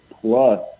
plus